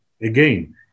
Again